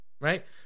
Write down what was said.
Right